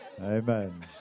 Amen